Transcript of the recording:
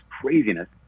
craziness